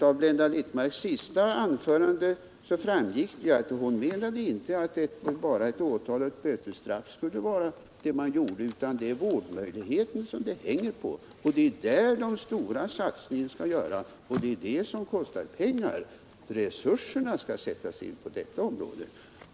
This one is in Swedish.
Av Blenda Littmarcks senaste anförande framgick det att hon inte menade att åtal och bötesstraff skulle vara den enda påföljden, utan att det är på vårdmöjligheten det hänger. Det är där den stora satsningen skall göras, och det är det som kostar pengar. Resurserna skall alltså sättas in på detta område.